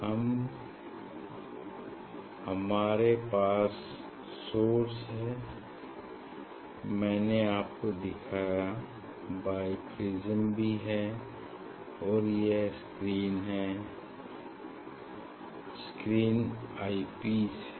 अब हमारे पास सोर्स हैं मैंने आपको दिखाया बाई प्रिज्म भी हैं और यह स्क्रीन है स्क्रीन आई पीस है